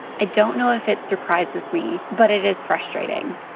i don't know if it surprises me, but it is frustrating.